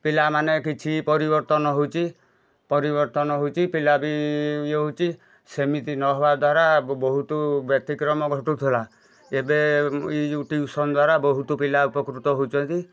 ପିଲା ମାନେ କିଛି ପରିବର୍ତ୍ତନ ହେଉଛି ପରିବର୍ତ୍ତନ ହେଉଛି ପିଲା ବି ଇଏ ହେଉଛି ସେମିତି ନ ହେବା ଦ୍ବାରା ବହୁତ ବ୍ୟତିକ୍ରମ ଘଟୁଥିଲା ଏବେ ଇଏ ଯେଉଁ ଟିଉସନ୍ ଦ୍ବାରା ବହୁତୁ ପିଲା ଉପକୃତ ହେଉଛନ୍ତି